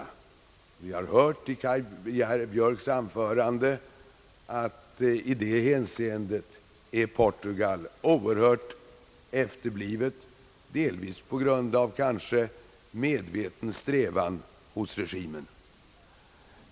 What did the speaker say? Vi har av herr Björks anförande hört att Portugal i det hänseendet är oerhört efterblivet, delvis kanske på grund av en medveten strävan hos regimen.